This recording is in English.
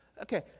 Okay